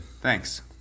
Thanks